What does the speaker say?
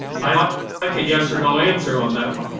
i'd like a yes or no answer on that one.